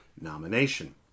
nomination